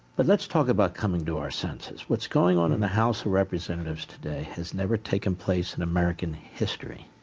but let's talk about coming to our senses. what's going on in the house of representatives today has never taken place in american history.